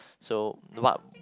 so what